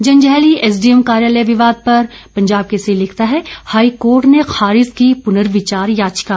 Janjehli SDM कार्यालय विवाद पर पंजाब केसरी लिखता है हाईकोर्ट ने खारिज की पुर्नविचार याचिका